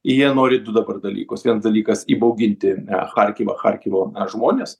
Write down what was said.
jie nori du dabar dalykus vienas dalykas įbauginti charkivą charkivo žmones